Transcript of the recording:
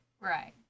Right